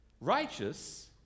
righteous